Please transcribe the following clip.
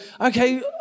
okay